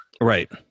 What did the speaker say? right